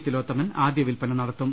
തിലോത്തമൻ ആദ്യ വില്പന നടത്തും